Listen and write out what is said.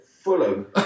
Fulham